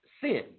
sin